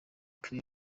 crew